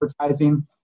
advertising